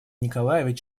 николаевич